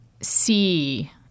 see